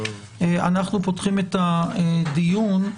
אנחנו פותחים את הדיון.